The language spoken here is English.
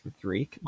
three